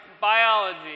biology